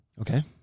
Okay